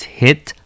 hit